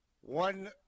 One